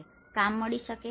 કામ મળી શકે છે